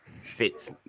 fits